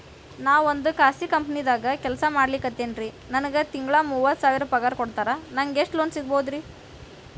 ನಾವೊಂದು ಖಾಸಗಿ ಕಂಪನಿದಾಗ ಕೆಲ್ಸ ಮಾಡ್ಲಿಕತ್ತಿನ್ರಿ, ನನಗೆ ತಿಂಗಳ ಮೂವತ್ತು ಸಾವಿರ ಪಗಾರ್ ಕೊಡ್ತಾರ, ನಂಗ್ ಎಷ್ಟು ಲೋನ್ ಸಿಗಬೋದ ರಿ?